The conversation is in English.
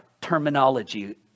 terminology